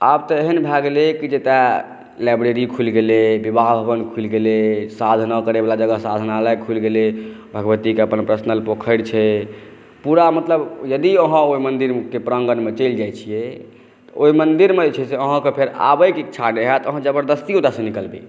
आब तऽ एहन भए गेलै कि एतय लाइब्रेरी खुलि गेलै विवाह भवन खुलि गेलै साधना करयवला जगह साधनालय खुलि गेलै भगवतीक अपन पर्सनल पोखरि छै पूरा मतलब यदि अहाँ ओहि मंदिरक प्रांगणमे चलि जाइ छियै ओहि मंदिरमे जे छै से अहाँके फेर आबायक इच्छा नहि होयत अहाँ ज़बरदस्ती ओतयसॅं निकलबै